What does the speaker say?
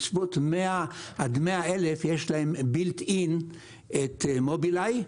בסביבות עד 100,000 יש להם מערכת מובנה של מובילאיי,